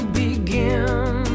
begin